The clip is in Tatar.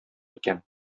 икән